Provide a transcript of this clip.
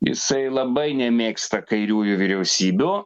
jisai labai nemėgsta kairiųjų vyriausybių